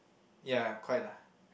ya quite lah